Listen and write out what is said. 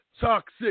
toxic